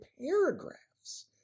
paragraphs